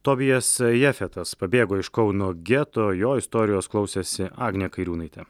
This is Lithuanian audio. tobijas jefetas pabėgo iš kauno geto jo istorijos klausėsi agnė kairiūnaitė